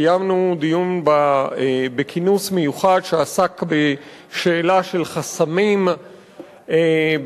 קיימנו דיון בכינוס מיוחד שעסק בשאלה של חסמים ביחס